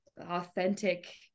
authentic